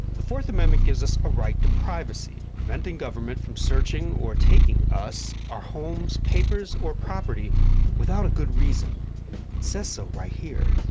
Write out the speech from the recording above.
the fourth amendment gives us a right to privacy, preventing government from searching or taking us, our homes, papers or property without a good reason. it says so right here.